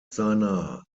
seiner